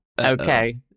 Okay